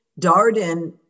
Darden